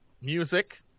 music